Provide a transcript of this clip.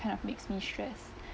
kind of makes me stressed